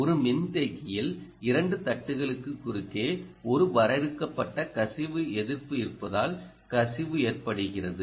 ஒரு மின்தேக்கியில் இரண்டு தட்டுகளுக்கு குறுக்கே ஒரு வரையறுக்கப்பட்ட கசிவு எதிர்ப்பு இருப்பதால் கசிவு ஏற்கடுகிறது